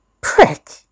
Prick